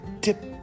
tip